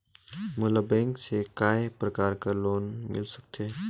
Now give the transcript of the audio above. मोला बैंक से काय प्रकार कर ऋण मिल सकथे?